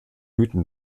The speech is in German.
mythen